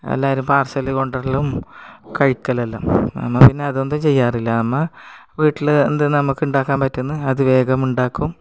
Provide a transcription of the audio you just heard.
എല്ലാവരും പാഴ്സൽ കൊണ്ടു വരലും കഴിക്കലെല്ലാം നമ്മൾ പിന്നെ അതൊന്നും ചെയ്യാറില്ല നമ്മൾ വീട്ടിൽ എന്ത് നമുക്കുണ്ടാക്കാൻ പറ്റുന്നു അത് വേഗം ഉണ്ടാക്കും